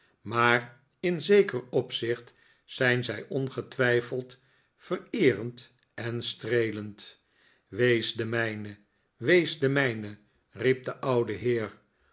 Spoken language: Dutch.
maar in zeker opzicht zijn zij ongetwijfeld vereerend en streelend wees de mijne wees de mijne riep de oude heer